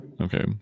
Okay